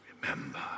Remember